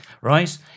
right